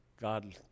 God